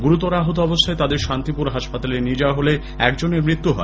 গুরুতর আহত অবস্হায় তাদের শান্তিপুর হাসপাতালে নিয়ে যাওয়া হলে একজনের মৃত্যু হয়